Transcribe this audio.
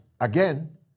again